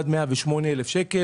עד 108,000 ₪,